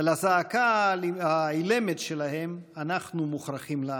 ולזעקה האילמת שלהם אנחנו מוכרחים לענות.